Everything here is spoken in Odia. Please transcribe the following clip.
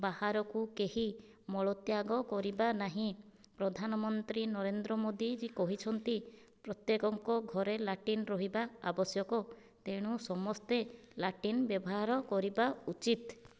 ବାହାରକୁ କେହି ମଳତ୍ୟାଗ କରିବା ନାହିଁ ପ୍ରଧାନମନ୍ତ୍ରୀ ନରେନ୍ଦ୍ର ମୋଦୀଜି କହିଛନ୍ତି ପ୍ରତ୍ୟେକଙ୍କ ଘରେ ଲାଟ୍ରିନ ରହିବା ଆବଶ୍ୟକ ତେଣୁ ସମସ୍ତେ ଲାଟ୍ରିନ ବ୍ୟବହାର କରିବା ଉଚିତ୍